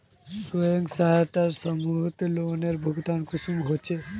स्वयं सहायता समूहत लोनेर भुगतान कुंसम होचे?